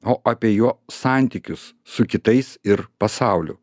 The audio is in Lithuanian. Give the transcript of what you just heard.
o apie jo santykius su kitais ir pasauliu